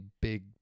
big